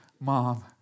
mom